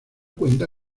cuenta